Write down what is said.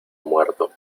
muerto